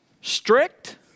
Strict